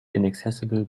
inaccessible